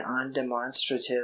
undemonstrative